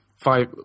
five